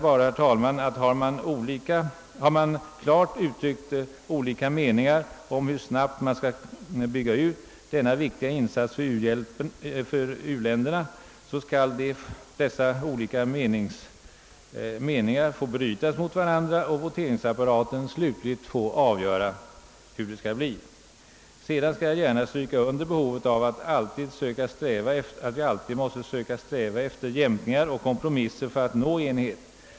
Har man klart uttryckt olika meningar om hur snabbt man skall bygga ut viktiga insatser för u-länderna, skall dessa olika meningar få brytas mot varandra och voteringsapparaten slutligen få avgöra hur det skall bli. Jag understryker gärna önskvärdheten av att vi alltid söker sträva efter jämkningar och kompromisser för att nå enighet.